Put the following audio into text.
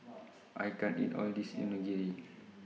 I can't eat All of This Onigiri